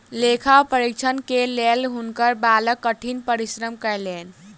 लेखा परीक्षक के लेल हुनकर बालक कठिन परिश्रम कयलैन